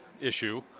issue